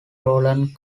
roland